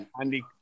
Andy